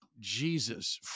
Jesus